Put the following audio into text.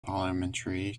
parliamentary